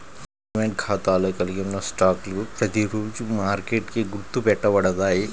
demat ఖాతాలో కలిగి ఉన్న స్టాక్లు ప్రతిరోజూ మార్కెట్కి గుర్తు పెట్టబడతాయి